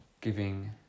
giving